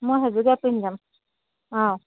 মই সেইযোৰকে পিন্ধি যাম অঁ